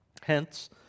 Hence